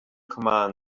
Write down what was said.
commands